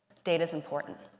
data is important.